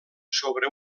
sobre